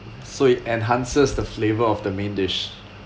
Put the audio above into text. so it enhances the flavour of the main dish